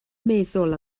meddwl